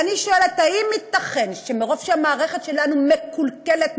ואני שואלת: האם ייתכן שמרוב שהמערכת שלנו מקולקלת,